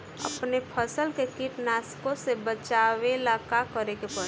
अपने फसल के कीटनाशको से बचावेला का करे परी?